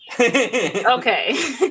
okay